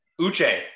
Uche